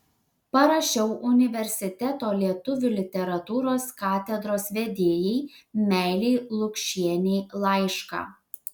parašiau universiteto lietuvių literatūros katedros vedėjai meilei lukšienei laišką